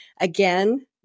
again